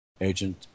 agent